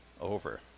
over